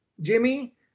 Jimmy